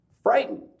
frightened